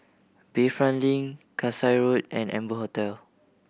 Bayfront Link Kasai Road and Amber Hotel